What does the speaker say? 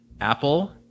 Apple